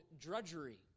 drudgery